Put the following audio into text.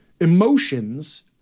Emotions